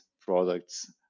products